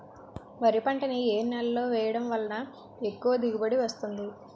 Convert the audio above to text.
వరి పంట ని ఏ నేలలో వేయటం వలన ఎక్కువ దిగుబడి వస్తుంది?